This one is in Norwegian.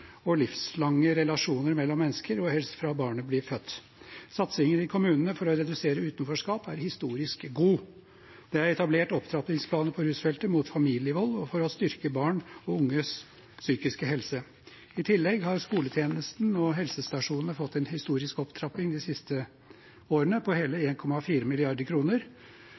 og livslange relasjoner mellom mennesker, helst fra barnet blir født. Satsingen i kommunene for å redusere utenforskap er historisk god. Det er etablert en opptrappingsplan på rusfeltet mot familievold og for å styrke barn og unges psykiske helse. I tillegg har skolehelsetjenesten og helsestasjonene fått en historisk opptrapping de siste årene, på hele